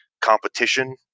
competition